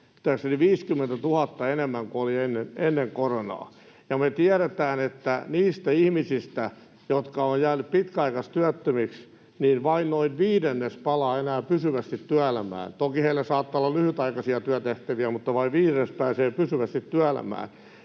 50 000 enemmän kuin oli ennen koronaa, ja me tiedetään, että niistä ihmisistä, jotka ovat jääneet pitkäaikaistyöttömäksi, vain noin viidennes palaa enää pysyvästi työelämään. Toki heillä saattaa olla lyhytaikaisia työtehtäviä, mutta vain viidennes pääsee pysyvästi työelämään,